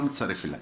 לא מצטרף אליי.